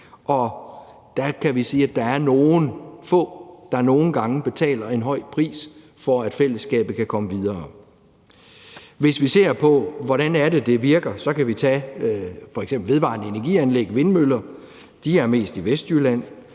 Og der kan jeg sige, at der er nogle få, der nogle gange betaler en høj pris for, at fællesskabet kan komme videre. Hvis vi ser på, hvordan det er, det virker, så kan vi f.eks. tage vedvarende energi-anlæg; vindmøller findes mest i Vestjylland.